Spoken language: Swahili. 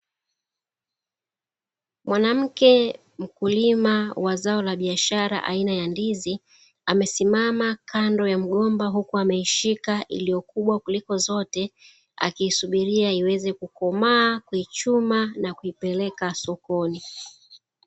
Mwanamke mkulima wa zao la biashara aina ya ndizi, amesimama kando ya mgomba huku ameishika kubwa kuliko zote akisubilia iliiweza kukomaa, kuichuma na kuipeleka sokoni.